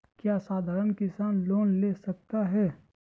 क्या साधरण किसान लोन ले सकता है?